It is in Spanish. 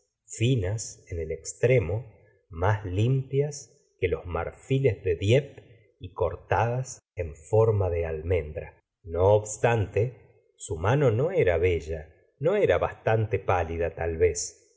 finas en el extremo más limpias que los marfiles de dieppe y cortadas en forma de almendra no obstante su mano no era bella no era bastante pálida tal vez